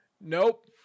Nope